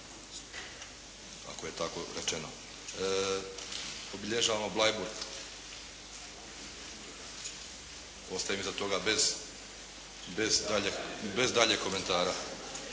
ako je tako rečeno. Obilježavamo Bleiburg. Ostajem kod toga bez daljnjeg komentara.